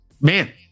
man